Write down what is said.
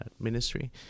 ministry